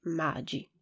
magi